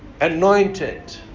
anointed